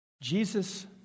Jesus